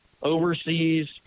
overseas